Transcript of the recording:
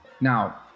Now